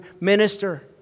minister